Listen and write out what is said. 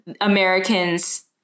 Americans